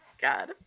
god